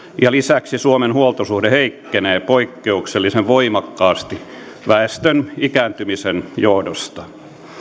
ja lisäksi suomen huoltosuhde heikkenee poikkeuksellisen voimakkaasti väestön ikääntymisen johdosta